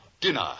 dinner